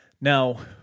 Now